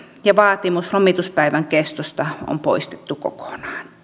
ja vaatimus lomituspäivän kestosta on poistettu kokonaan